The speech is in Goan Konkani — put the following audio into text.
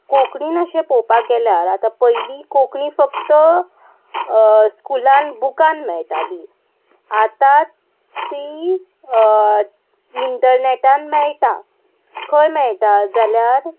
कोंकणीन अशें पळोवपाक गेल्यार आतां पयलीं कोंकणी फक्त स्कुलान बुकान मेळटाली आतां ती इंटरनेटान मेळटा खंय मेयटा जाल्यार